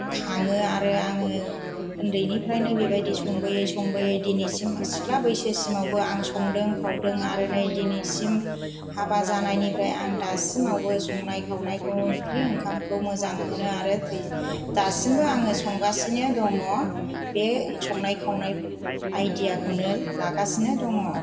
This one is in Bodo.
खाङो आरो आङो उन्दैनिफ्रायनो बेबायदि संबोयै संबोयै दिनैसिम सिख्ला बैसोसिमावबो आं संदों खावदों आरो नै दिनैसिम हाबा जानायनिफ्राय आं दासिमावबो संनाय खावनायखौ ओंख्रि ओंखामखौ मोजां मोनो आरो दासिमबो आङो संगासिनो दङ बे संनाय खावनाय आयडियाखौनो लागासिनो दङ